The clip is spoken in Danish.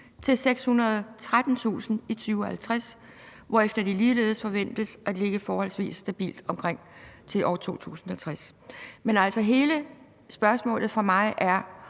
til 613.000 i 2050, hvorefter det forventes at ligge forholdsvis stabilt til 2060. Men altså, hele spørgsmålet for mig –